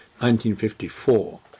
1954